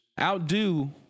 outdo